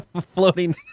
floating